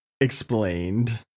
explained